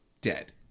dead